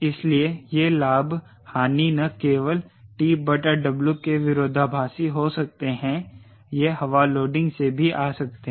इसलिए यह लाभ हानि न केवल TW के विरोधाभासी हो सकते हैं यह हवा लोडिंग से भी आ सकते है